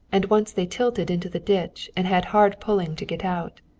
and once they tilted into the ditch and had hard pulling to get out.